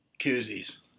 Koozies